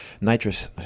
nitrous